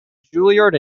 juilliard